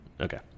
Okay